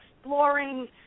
exploring